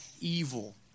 evil